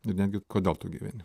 ir netgi kodėl tu gyveni